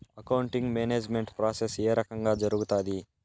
accounting management process ఏ రకంగా జరుగుతాది